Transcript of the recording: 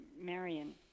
Marion